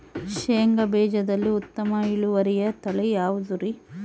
ಶೇಂಗಾ ಬೇಜದಲ್ಲಿ ಉತ್ತಮ ಇಳುವರಿಯ ತಳಿ ಯಾವುದುರಿ?